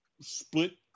split